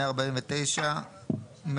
149,